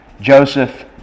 Joseph